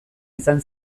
izan